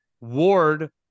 Ward